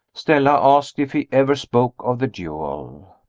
stella asked if he ever spoke of the duel.